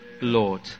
Lord